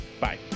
Bye